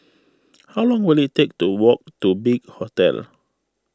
how long will it take to walk to Big Hotel